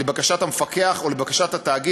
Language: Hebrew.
לבקשת המפקח או לבקשת התאגיד,